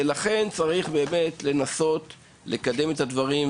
לכן צריך לקדם מחדש את הדברים,